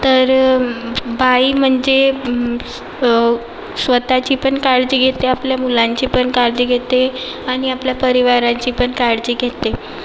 तर बाई म्हणजे स्वतःची पण काळजी घेते आपल्या मुलांची पण काळजी घेते आणि आपल्या परिवाराची पण काळजी घेते